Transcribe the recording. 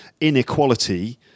inequality